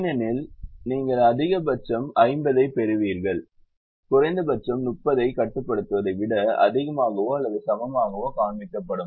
ஏனெனில் நீங்கள் அதிகபட்சம் 50 ஐப் பெறுவீர்கள் குறைந்தபட்சம் 30 ஐக் கட்டுப்படுத்துவதை விட அதிகமாகவோ அல்லது சமமாகவோ காண்பிக்கப்படும்